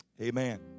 Amen